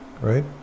right